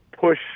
push